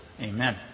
Amen